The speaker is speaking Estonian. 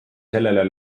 sellele